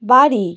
বাড়ি